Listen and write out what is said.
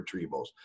retrievals